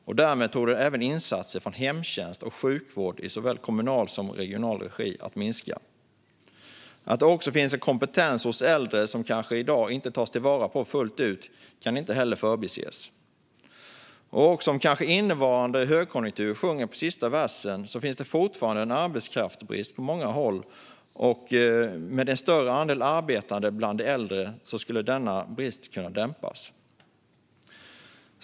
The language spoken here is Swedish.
Därmed torde även insatser från hemtjänst och sjukvård i såväl kommunal som regional regi minska. Att det också finns en kompetens hos äldre som i dag kanske inte tas till vara fullt ut kan inte heller förbises. Och även om innevarande högkonjunktur kanske sjunger på sista versen finns det fortfarande en arbetskraftsbrist på många håll. Med en större andel arbetande bland de äldre skulle denna brist kunna dämpas.